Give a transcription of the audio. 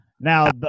Now